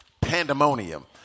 pandemonium